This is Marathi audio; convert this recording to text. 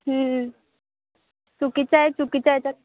चुकीचंय चुकीचं त्याच्यात